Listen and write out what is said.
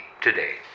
today